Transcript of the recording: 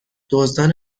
دزدان